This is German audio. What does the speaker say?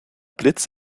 blitz